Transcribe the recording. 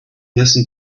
listen